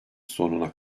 sonuna